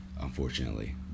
Unfortunately